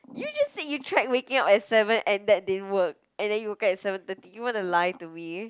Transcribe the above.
you just said you tried waking up at seven and that didn't work and then you woke up at seven thirty you want to lie to me